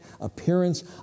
appearance